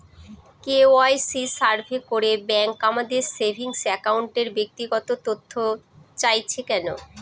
KYC survey করে bank আমাদের saving অ্যাকাউন্টের ব্যক্তিগত তথ্য চাইছে কেন?